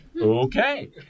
okay